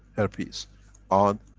herpes on